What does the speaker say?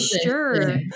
sure